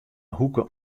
hoeke